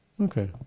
Okay